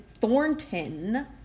Thornton